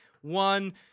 One